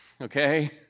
okay